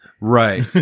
Right